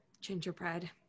Gingerbread